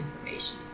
information